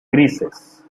grises